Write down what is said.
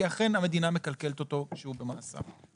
כי אכן המדינה מכלכלת אותו כשהוא במאסר.